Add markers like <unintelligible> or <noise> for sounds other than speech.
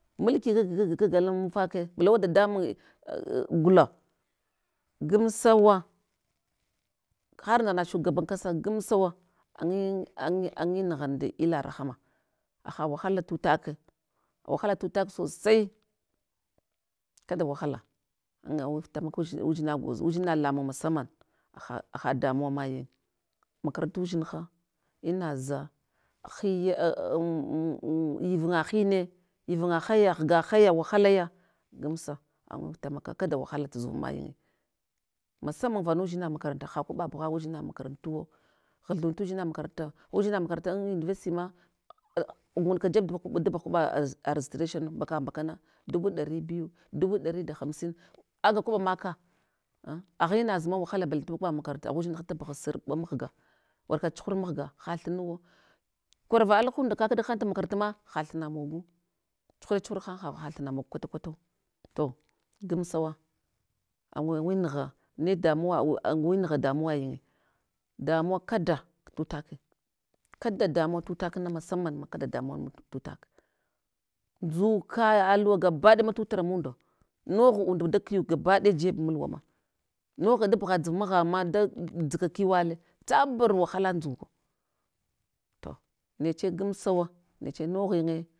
Mulki <unintelligible> kag alan mufake vulawa dadamunye a gula, gamsawa, har ndagha shugaban kasa gamsawa, anyi anyi nugha nda illa rahama, haha wahala tutake wahalaɗ tutak sosai, kada wahala anga wif tamaka udzi udzina gwozo, udzina lamung masanan, ha hadamuwa manyin, makarantu dzinha, maza, hiya <hesitation> ivunga hine, ivunga haya, ghga haya wahalaya, gamsa, angawif tamaka kada wahat zuv mayinye, masaman vanu dzina makaranta ha kwaɓa bugha udzina makarantuwo, ghthul hudzina makaranta, udzina makaranta an university ma <hesitation> jeb ka da bugh kwaɓa registration nu mbaka mbakana, dubu dari biyu, dubu dari biyu, dubu dari da hamsin, aga kwaɓa maka an agha inazma wahala balete kwaɓa makaranta, agha udzinha taɓgha surɓa mahga, warka chuhurmahga, hathunu wo, kawarava alahunda kakɗahan tu makarantma hathunu mogu, chuhure chuhura han ha thuna mog kwata kwatu, to gamsawa, awa awin nugha ne damuwa awa awawin nugha damuwaymye damuwa kada tutake, kada damuwa tutakna masaman kada damuwa ma tutak, dzuka luwa gabaɗayama tutra munda nogh und da kiyu gabaɗaya jeb mulwamanogha dabugha dzuv maghanma dadzka kuva le, tsabar wahala ndzuka, to neche gamsa wa, neche noghinye